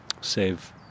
save